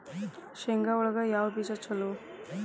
ಶೇಂಗಾ ಒಳಗ ಯಾವ ಬೇಜ ಛಲೋ?